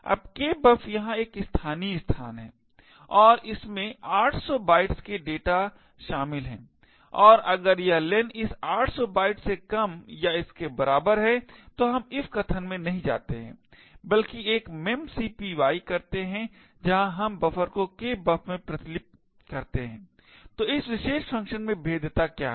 अब kbuf यहां का एक स्थानीय स्थान है और इसमें 800 बाइट्स के डेटा शामिल हैं और अगर यह len इस 800 बाइट्स से कम या इसके बराबर है तो हम if कथन में नहीं जाते हैं बल्कि एक memcpy करते हैं जहां हम बफर को kbuf में प्रतिलिपि करते हैं तो इस विशेष फंक्शन में भेद्यता क्या है